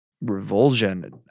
revulsion